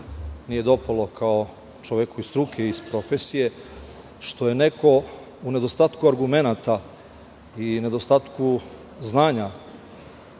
nije dopalo kao čoveku iz struke, iz profesije, što je neko u nedostatku argumenata i nedostatku znanja